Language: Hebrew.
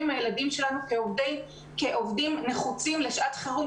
עם הילדים שלנו כעובדים נחוצים לשעת חרום,